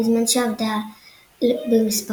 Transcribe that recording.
בזמן שעבדה במספרה,